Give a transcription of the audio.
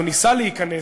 או ניסה להיכנס,